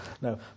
No